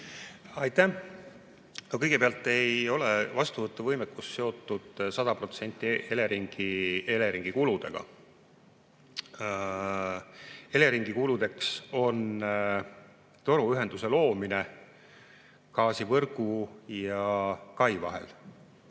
Aitäh! Kõigepealt, vastuvõtuvõimekus ei ole seotud 100% Eleringi kuludega. Eleringi kuludeks on toruühenduse loomine gaasivõrgu ja kai vahel.